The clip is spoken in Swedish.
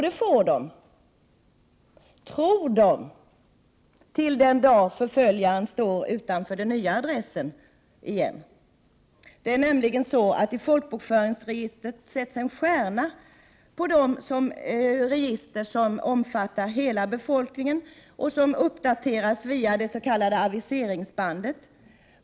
Det får de också - tror de — tills förföljaren en dag hittar den nya adressen. I folkbokföringsregistret sätts det en stjärna på de register som omfattar hela befolkningen och som uppdateras via det s.k. aviseringsbandet.